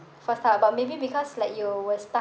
for Starhub but maybe because like you were Starhub